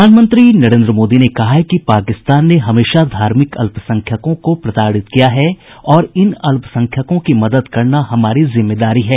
प्रधानमंत्री नरेन्द्र मोदी ने कहा है कि पाकिस्तान ने हमेशा धार्मिक अल्पसंख्यकों को प्रताड़ित किया है और इन अल्पसंख्यकों की मदद करना हमारी जिम्मेदारी है